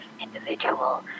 individual